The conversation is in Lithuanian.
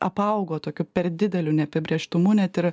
apaugo tokiu per dideliu neapibrėžtumu net ir